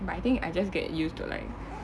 but I think I just get used to like